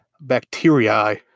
bacteria